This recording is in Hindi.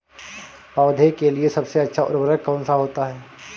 पौधे के लिए सबसे अच्छा उर्वरक कौन सा होता है?